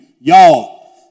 y'all